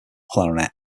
clarinet